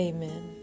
Amen